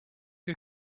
que